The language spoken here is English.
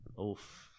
Oof